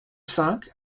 cinq